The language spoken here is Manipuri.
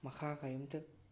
ꯃꯈꯥ ꯀꯔꯤꯝꯇ